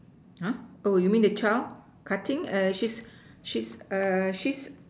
!huh! oh you mean the child cutting err she's she's err she's